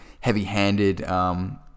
heavy-handed